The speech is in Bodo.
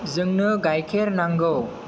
जोंनो गायखेर नांगौ